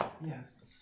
Yes